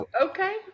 Okay